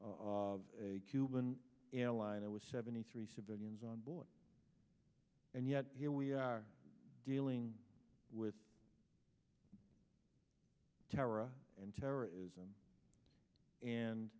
of a cuban airliner with seventy three civilians on board and yet here we are dealing with terror and terrorism and